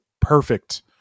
perfect